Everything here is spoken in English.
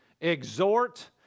exhort